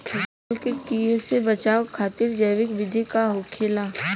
फसल के कियेसे बचाव खातिन जैविक विधि का होखेला?